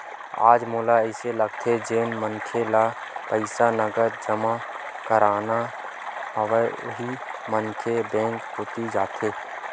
आज मोला अइसे लगथे जेन मनखे ल पईसा नगद जमा करना हवय उही मनखे ह बेंक कोती जाथे